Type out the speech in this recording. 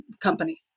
company